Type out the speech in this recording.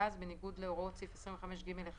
בניגוד להוראות סעיף 24(א);